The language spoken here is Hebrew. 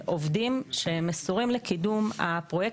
עובדים שמסורים לקידום הפרויקט,